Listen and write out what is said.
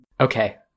Okay